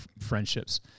friendships